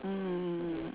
mm